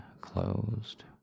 closed